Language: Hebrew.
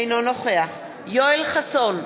אינו נוכח יואל חסון,